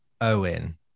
Owen